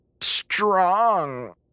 strong